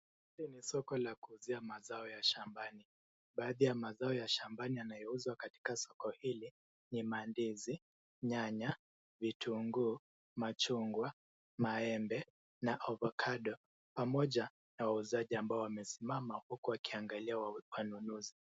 Hii ni soko la kuuzia mazao ya shambani. Baadhi ya mazao ya shambani yanayouzwa katika soko hili ni mandizi, nyanya, vitunguu, machungwa, maembe na ovacado pamoja na wauzaji ambao wamesimama huku wakiangalia wanunuzi.